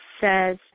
says